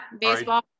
Baseball